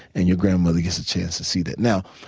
and your grandmother gets a chance to see that. now,